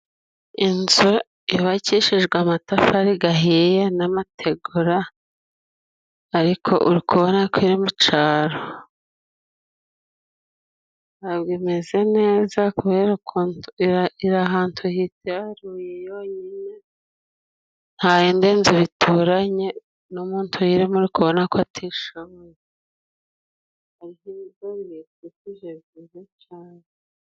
Inzu yubakishijwe amatafari gahiye n' mategura， ariko uri kubona ko iri mu caro. Ntabwo imeze neza kubera ko iri ahantu hitaruye yonyine， nta yindi nzu bituranye，n'umuntu uyirimo，uri kubona ko atishoboye.